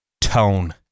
Tone